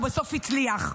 ובסוף הצליח.